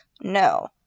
no